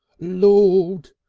lord!